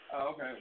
Okay